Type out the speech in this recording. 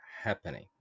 happening